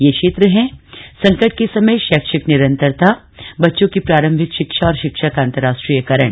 ये क्षेत्र हैं संकट के समय शैक्षिक निरंतरता बच्चों की प्रारंभिक शिक्षा और शिक्षा का अंतर्राष्ट्रीयकरण